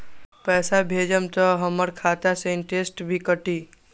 पैसा भेजम त हमर खाता से इनटेशट भी कटी?